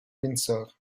windsor